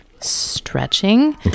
stretching